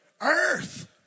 Earth